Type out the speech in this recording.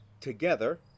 together